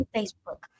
Facebook